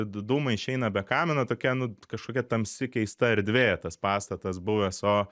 dūmai išeina be kamino tokia nu kažkokia tamsi keista erdvė tas pastatas buvęs o